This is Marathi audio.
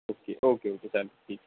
ओके ओके ओके चालेल ठीक आहे